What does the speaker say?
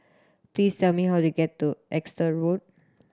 please tell me how to get to Exeter Road